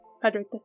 Frederick